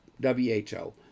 W-H-O